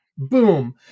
Boom